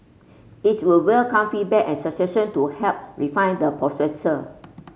it will welcome feedback and suggestion to help refine the